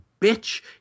bitch